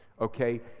okay